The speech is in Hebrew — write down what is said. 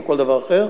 או כל דבר אחר,